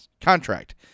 contract